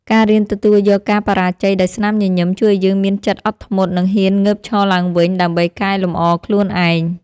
ការរៀនទទួលយកការបរាជ័យដោយស្នាមញញឹមជួយឱ្យយើងមានចិត្តអត់ធ្មត់ និងហ៊ានងើបឈរឡើងវិញដើម្បីកែលម្អខ្លួនឯង។